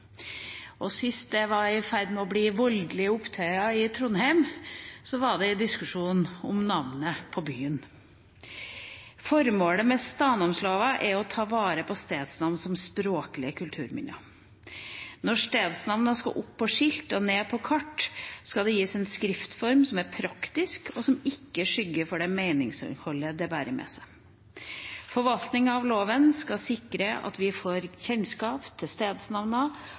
Sist gang det var i ferd med å bli voldelige opptøyer i Trondheim, var da det var diskusjon om navnet på byen. Formålet med stadnamnlova er å ta vare på stedsnavn som språklige kulturminner. Når stedsnavn skal opp på skilt og ned på kart, skal de gis en skriftform som er praktisk, og som ikke skygger for det meningsinnholdet de bærer med seg. Forvaltningen av loven skal sikre at vi får kjennskap til